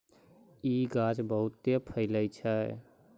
इ गाछ बहुते फैलै छै